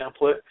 template